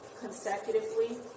consecutively